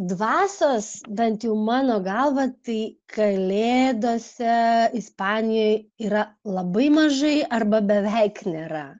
dvasios bent jau mano galva tai kalėdose ispanijoj yra labai mažai arba beveik nėra